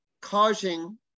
causing